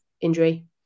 injury